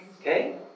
Okay